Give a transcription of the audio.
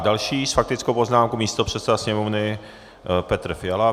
Další s faktickou poznámkou místopředseda Sněmovny Petr Fiala.